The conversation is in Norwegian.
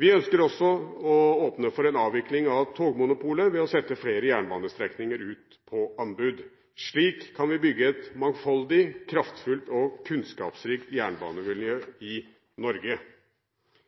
Vi ønsker også å åpne for en avvikling av togmonopolet ved å sette flere jernbanestrekninger ut på anbud. Slik kan vi bygge et mangfoldig, kraftfullt og kunnskapsrikt jernbanemiljø i Norge.